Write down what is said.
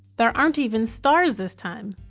there aren't even stars this time.